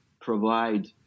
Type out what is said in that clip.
provide